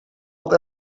wat